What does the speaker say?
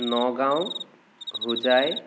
Nagaon Hojai